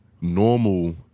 normal